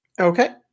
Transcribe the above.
Okay